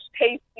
tasty